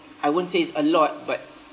I won't say it's a lot but